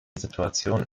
situation